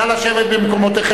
נא לשבת במקומותיכם.